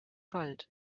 wald